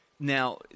Now